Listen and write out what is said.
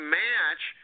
match